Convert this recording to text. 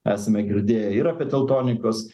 esame girdėję ir apie teltonikos